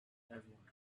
everyone